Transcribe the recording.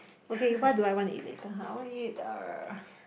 okay you buy do I want eat eater how I want eat a